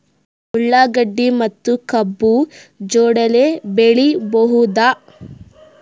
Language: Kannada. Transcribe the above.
ಉಳ್ಳಾಗಡ್ಡಿ ಮತ್ತೆ ಕಬ್ಬು ಜೋಡಿಲೆ ಬೆಳಿ ಬಹುದಾ?